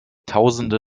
tausende